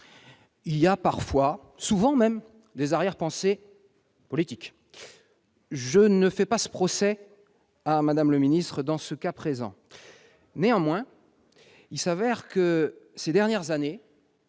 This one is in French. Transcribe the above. Il y a parfois, souvent même, des arrière-pensées politiques. Je ne fais pas ce procès à Mme la ministre dans le cas présent. À M. Macron ! Néanmoins, ces dernières années,